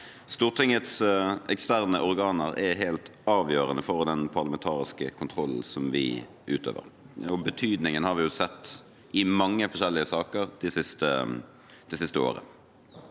Stortingets eksterne organer er helt avgjørende for den parlamentariske kontrollen som vi utøver. Betydningen har vi sett i mange forskjellige saker det siste året.